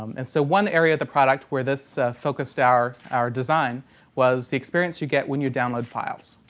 um and so one area of the product where this focused our our design was the experience you get when you download files.